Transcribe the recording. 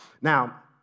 Now